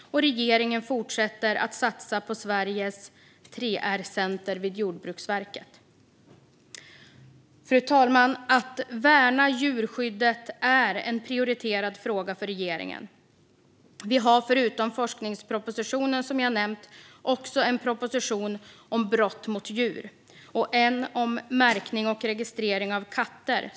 och regeringen fortsätter satsa på Sveriges 3R-center vid Jordbruksverket. Fru talman! Att värna djurskyddet är en prioriterad fråga för regeringen. Förutom forskningspropositionen som jag nämnt har vi en proposition om brott mot djur och en om märkning och registrering av katter.